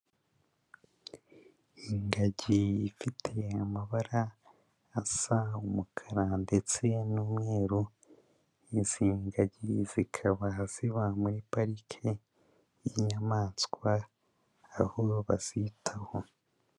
Ingagi ifite amabara asa umukara ndetse n'umweru, izi ngagi zikaba ziba muri parike y'inyamaswa, aho bazitaho.